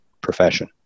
profession